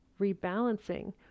rebalancing